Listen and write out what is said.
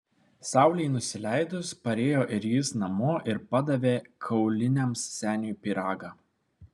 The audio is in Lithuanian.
saulei nusileidus parėjo ir jis namo ir padavė kauliniams seniui pyragą